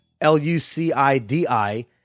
L-U-C-I-D-I